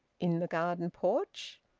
in the garden porch?